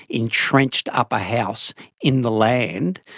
entrenched upper house in the land.